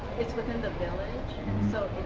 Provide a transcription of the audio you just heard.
it's within the village so.